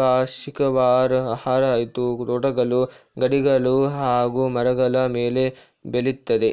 ಪೌಷ್ಟಿಕವಾದ್ ಆಹಾರ ಇದು ತೋಟಗಳು ಗಿಡಗಳು ಹಾಗೂ ಮರಗಳ ಮೇಲೆ ಬೆಳಿತದೆ